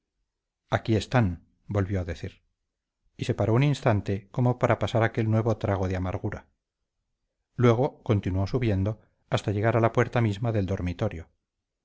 aquí están volvió a decir y se paró un instante como para pasar aquel nuevo trago de amargura luego continuó subiendo hasta llegar a la puerta misma del dormitorio